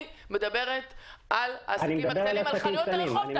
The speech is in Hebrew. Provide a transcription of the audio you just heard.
אני מדברת על העסקים הקטנים, על חנויות הרחוב.